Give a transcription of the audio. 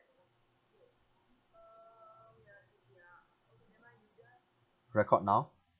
record now